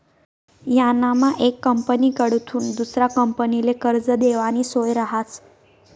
यानामा येक कंपनीकडथून दुसरा कंपनीले कर्ज देवानी सोय रहास